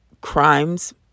crimes